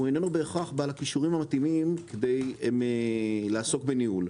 אינו בהכרח בעל הכישורים המתאימים לעסוק בניהול.